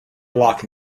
block